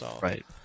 Right